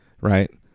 right